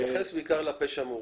תתייחס בעיקר לפשע המאורגן.